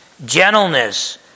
gentleness